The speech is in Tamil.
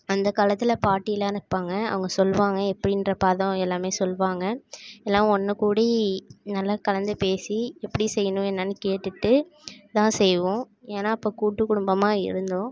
அந்த காலத்தில் பாட்டிலாம் நிற்பாங்க அவங்க சொல்வாங்க எப்படின்ற பதம் எல்லாமே சொல்வாங்க எல்லாம் ஒன்று கூடி நல்லா கலந்து பேசி எப்படி செய்யணும் என்னென்னு கேட்டுவிட்டு தான் செய்வோம் ஏன்னா அப்போ கூட்டு குடும்பமாக இருந்தோம்